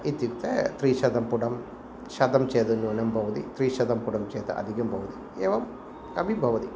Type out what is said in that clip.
इत्युक्ते त्रिशतं पुटं शतं चेद् न्यूनं भवति त्रिशतं पुटं चेद् अधिकं भवति एवम् अपि भवति